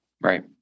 Right